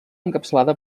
encapçalada